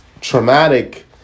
traumatic